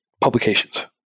publications